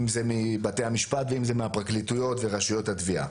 זה מבתי המשפט ואם זה מהפרקליטויות ורשויות התביעה.